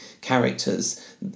characters